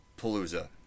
Palooza